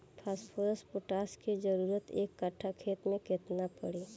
Phosphorus potash के जरूरत एक कट्ठा खेत मे केतना पड़ी?